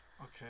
Okay